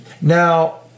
Now